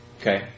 Okay